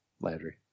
Landry